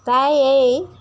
তাই এই